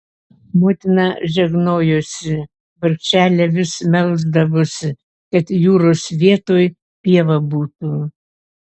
motina žegnojosi vargšelė vis melsdavosi kad jūros vietoj pieva būtų